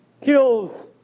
kills